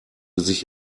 sich